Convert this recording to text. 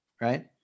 right